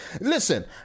Listen